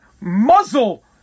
muzzle